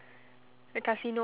the casino one